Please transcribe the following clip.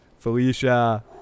Felicia